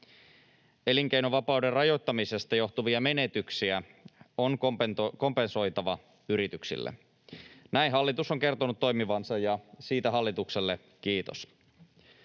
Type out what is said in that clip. Elinkeinovapauden rajoittamisesta johtuvia menetyksiä on kompensoitava yrityksille. Näin hallitus on kertonut toimivansa, ja siitä hallitukselle kiitos.